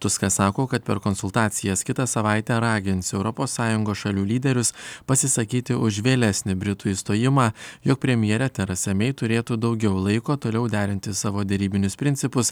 tuskas sako kad per konsultacijas kitą savaitę ragins europos sąjungos šalių lyderius pasisakyti už vėlesnį britų išstojimą jog premjerė teresa mei turėtų daugiau laiko toliau derinti savo derybinius principus